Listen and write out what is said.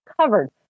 covered